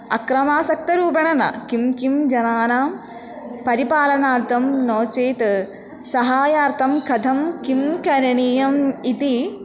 अक्रमासक्तरूपेण न किं किं जनानां परिपालनार्थं नो चेत् सहायार्थं कथं किं करणीयम् इति